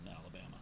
Alabama